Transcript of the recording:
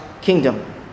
kingdom